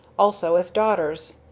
also as daughters.